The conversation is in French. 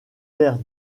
terre